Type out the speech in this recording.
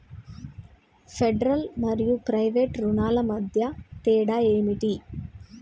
Federal మరియు private రుణాల మధ్య తేడా ఏమిటి?